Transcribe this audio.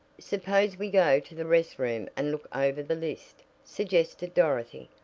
suppose we go to the rest room and look over the list, suggested dorothy.